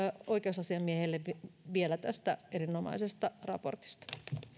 oikeusasiamiehelle tästä erinomaisesta raportista